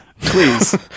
please